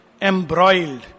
embroiled